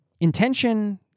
Intention